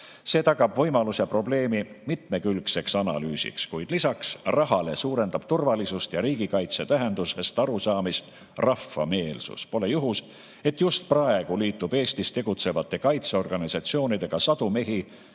See tagab võimaluse probleemi mitmekülgseks analüüsiks. Kuid lisaks rahale suurendab turvalisust ja riigikaitse tähendusest arusaamist rahva meelsus. Pole juhus, et just praegu liitub Eestis tegutsevate kaitseorganisatsioonidega sadu mehi